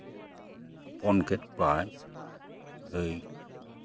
ᱦᱚᱯᱚᱱ ᱠᱮᱫ ᱠᱚᱣᱟᱭ ᱜᱟᱹᱭ